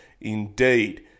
indeed